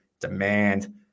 demand